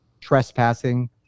trespassing